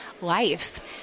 life